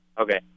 Okay